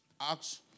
Acts